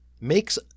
makes